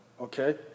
Okay